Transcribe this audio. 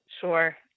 sure